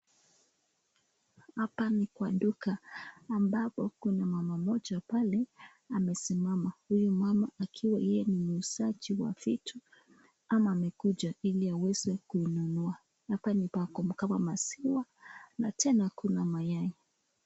Hapa ni kwa duka ambapo kuna mama mmoja pale amesimama, huyu mama akiwa yeye ni muuzaji wa vitu ama amekuja ili aweze kuinunua. Hapa ni pa kama maziwa na tena kuna mayai.